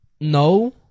No